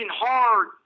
hard